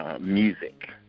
Music